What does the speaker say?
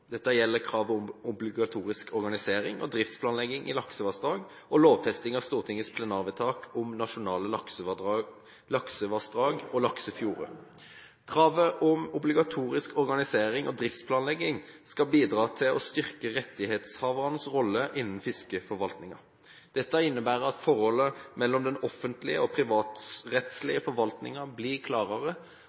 Dette gjelder krav om obligatorisk organisering og driftsplanlegging i laksevassdrag og lovfesting av Stortingets plenarvedtak om nasjonale laksevassdrag og laksefjorder. Kravet om obligatorisk organisering og driftsplanlegging skal bidra til å styrke rettighetshavernes rolle innen fiskeforvaltningen. Dette innebærer at forholdet mellom den offentlige og den privatrettslige forvaltningen blir klarere,